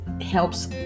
helps